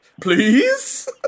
Please